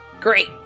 Great